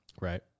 Right